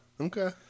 Okay